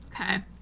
okay